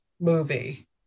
movie